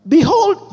Behold